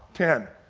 ten.